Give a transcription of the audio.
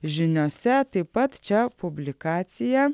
žiniose taip pat čia publikacija